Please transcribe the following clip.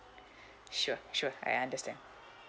sure sure I understand